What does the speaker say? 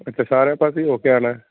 ਇਥੇ ਸਾਰੇ ਪਾਸੇ ਹੋ ਕੇ ਆਣਾ